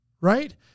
right